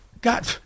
god